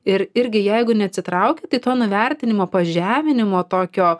ir irgi jeigu neatsitrauki tai to nuvertinimo pažeminimo tokio